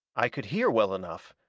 i could hear well enough,